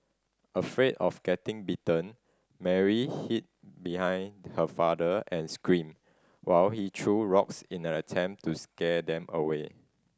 afraid of getting bitten Mary hid behind her father and screamed while he threw rocks in an attempt to scare them away